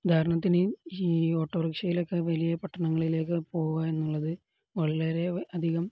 ഉദാഹരണത്തിന് ഈ ഓട്ടോ റിക്ഷയിലൊക്കെ വലിയ പട്ടണങ്ങളിലേക്കൊക്കെ പോവുക എന്നുള്ളതു വളരെയധികം